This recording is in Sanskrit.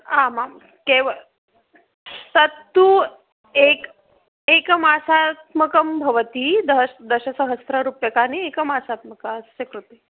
आम् आं केवलं तत्तु एकम् एकमासात्मकं भवति दश दशसहस्ररूप्याकाणि एकमासात्मकस्य कृते